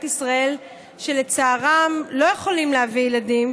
ישראל שלצערם לא יכולים להביא ילדים,